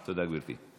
תודה, גברתי.